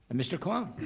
mr. klum.